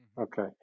Okay